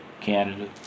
Canada